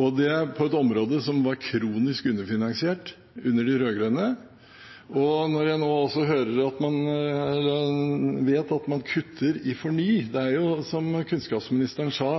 og det er et område som var kronisk underfinansiert under de rød-grønne. Når jeg nå også vet at man kutter i FORNY2020, er det jo som kunnskapsministeren sa: